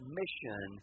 mission